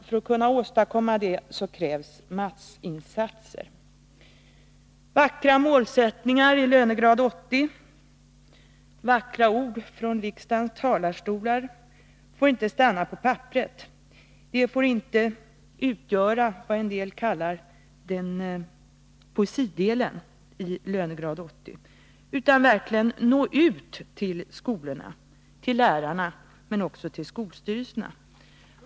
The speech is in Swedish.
För att åstadkomma det, herr talman, krävs massinsatser. Vackra målsättningar i Lgr 80 och vackra ord från riksdagens talarstol får inte stanna på papperet. De får inte utgöra den s.k. poesidelen i läroplanen för grundskolan, utan de måste verkligen nå ut till skolorna och deras lärare och också till skolstyrelserna.